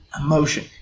emotion